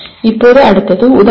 இப்போது அடுத்தது உதாரணம்